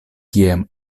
kiam